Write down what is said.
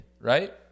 right